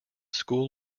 school